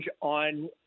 on